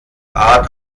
art